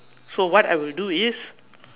so what I will do is